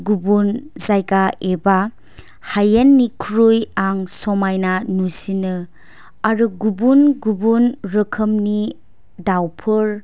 गुबुन जायगा एबा हायेननिख्रुइ आं समायना नुसिनो आरो गुबुन गुबुन रोखोमनि दाउफोर